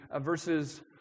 verses